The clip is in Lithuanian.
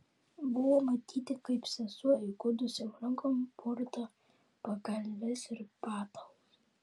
buvo matyti kaip sesuo įgudusiom rankom purto pagalves ir patalus